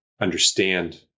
understand